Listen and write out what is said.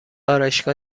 آرایشگاه